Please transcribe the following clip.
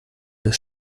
des